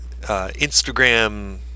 Instagram